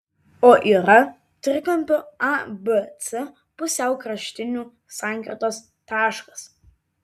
o yra trikampio abc pusiaukraštinių sankirtos taškas